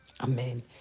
Amen